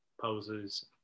poses